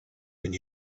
and